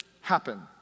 happen